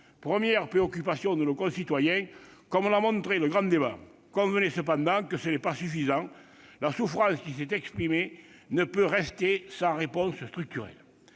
première préoccupation de nos concitoyens, comme l'a montré le grand débat. Mais convenez que ce n'est pas suffisant : la souffrance qui s'est exprimée ne peut rester sans réponse structurelle.